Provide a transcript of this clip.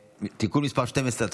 (תיקון מס' 12),